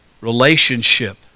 relationship